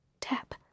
tap